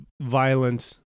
violence